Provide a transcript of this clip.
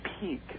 peak